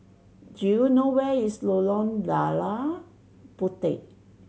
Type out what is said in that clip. do you know where is Lorong Lada Puteh